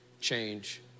change